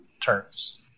turns